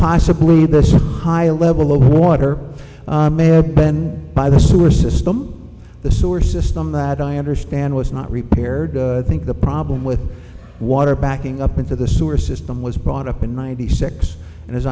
possibly there's a high level of water there bent by the sewer system the sewer system that i understand was not repaired i think the problem with water backing up into the sewer system was brought up in ninety six and as